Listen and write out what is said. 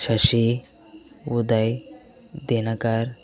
Shashi Uday Dinakar